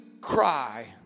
cry